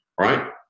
Right